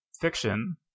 fiction